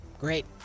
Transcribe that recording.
Great